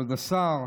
כבוד השר,